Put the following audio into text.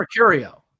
Mercurio